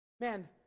Man